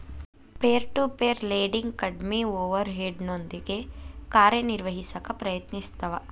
peer to peer lending ಕಡ್ಮಿ ಓವರ್ ಹೆಡ್ನೊಂದಿಗಿ ಕಾರ್ಯನಿರ್ವಹಿಸಕ ಪ್ರಯತ್ನಿಸ್ತವ